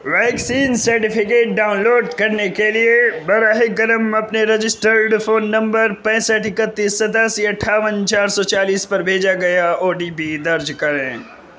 vaccine certificate download کرنے کے لیے براہ کرم اپنے رجسٹرڈ فون نمبر پینسٹھ اکتیس ستاسی اٹھاون چار سو چالیس پر بھیجا گیا او ٹی پی درج کریں